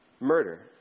murder